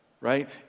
right